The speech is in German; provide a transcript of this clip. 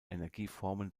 energieformen